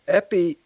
Epi